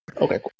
Okay